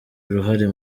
uruhare